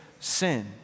sin